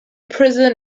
prison